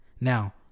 Now